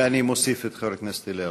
ואני מוסיף את חבר הכנסת אלי אלאלוף.